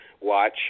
watch